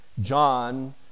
John